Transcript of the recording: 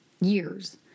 Years